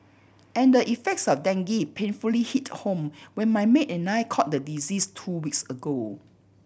and the effects of dengue painfully hit home when my maid and I caught the disease two weeks ago